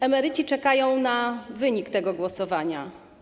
Emeryci czekają na wynik tego głosowania.